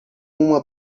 uma